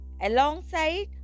alongside